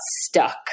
stuck